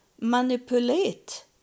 manipulate